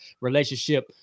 relationship